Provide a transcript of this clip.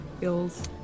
feels